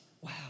Wow